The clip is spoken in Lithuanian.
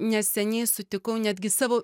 neseniai sutikau netgi savo